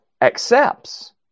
accepts